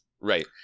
Right